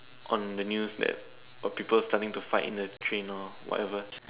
on the news that of people starting to fight in the train or whatever